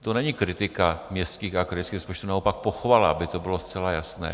To není kritika městských a krajských rozpočtů, naopak pochvala, aby to bylo zcela jasné.